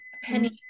penny